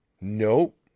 Nope